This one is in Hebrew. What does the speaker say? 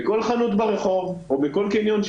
בכל חנות ברחוב או בכל קניון,